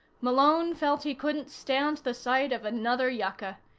malone felt he couldn't stand the sight of another yucca.